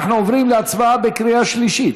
אנחנו עוברים להצבעה בקריאה שלישית.